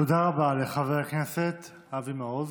תודה רבה לחבר הכנסת אבי מעוז.